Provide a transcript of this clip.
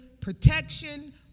protection